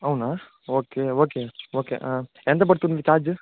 అవునా okay okay okay ఎంతపడుతుంది charge